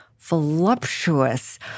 voluptuous